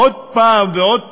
עוד פעם ועוד פעם,